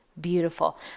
beautiful